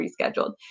rescheduled